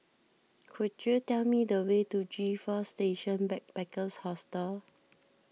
could you tell me the way to G four Station Backpackers Hostel